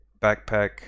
backpack